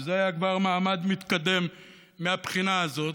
שזה כבר היה מעמד מתקדם מהבחינה הזאת.